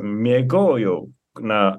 miegojau na